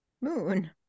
moon